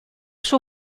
suo